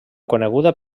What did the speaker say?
coneguda